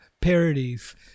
parodies